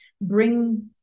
bring